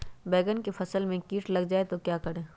बैंगन की फसल में कीट लग जाए तो क्या करें?